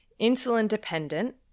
insulin-dependent